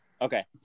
okay